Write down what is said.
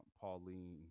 Pauline